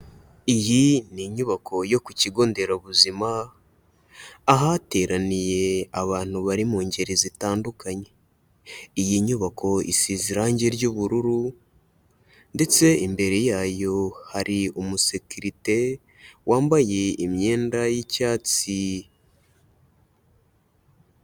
Iyi ni inyubako yo ku kigo nderabuzima, ahateraniye abantu bari mu ngeri zitandukanye. Iyi nyubako isize irangi ry'ubururu ndetse imbere yayo hari umusekirite wambaye imyenda y'icyatsi.